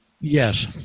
Yes